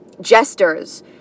jesters